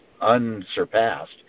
unsurpassed